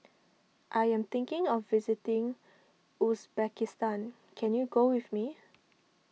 I am thinking of visiting Uzbekistan can you go with me